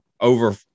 over